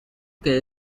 que